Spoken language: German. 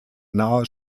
nahe